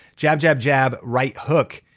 jab, jab, jab, right hook,